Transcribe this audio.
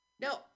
No